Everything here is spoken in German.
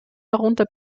darunter